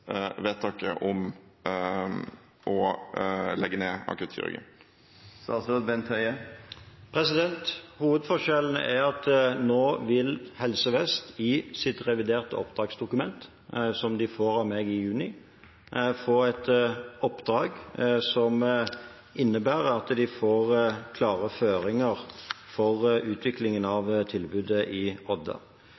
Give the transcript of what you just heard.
vedtaket om å legge ned akuttkirurgien? Hovedforskjellen er at nå vil Helse Vest, i det reviderte oppdragsdokument som de får av meg i juni, få et oppdrag som innebærer at de får klare føringer for utviklingen av